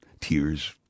tears